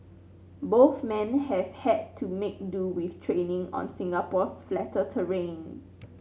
both men have had to make do with training on Singapore's flatter terrain